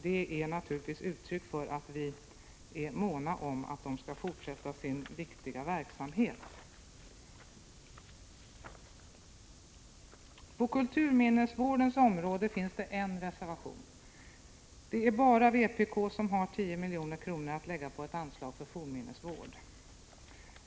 Det är naturligtvis ett uttryck för att vi är måna om att det skall fortsätta sin viktiga verksamhet. På kulturminnesvårdens område finns en reservation. Det är bara vpk som har 10 milj.kr. att lägga på ett anslag för fornminnesvård.